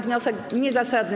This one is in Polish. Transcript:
Wniosek niezasadny.